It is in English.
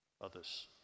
others